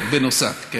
כן, בנוסף, כן.